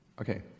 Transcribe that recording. Okay